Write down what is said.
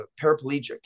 paraplegic